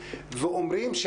ואומרים,